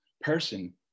person